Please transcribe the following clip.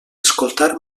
escoltar